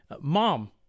mom